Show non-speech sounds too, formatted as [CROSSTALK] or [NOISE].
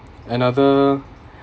another [BREATH]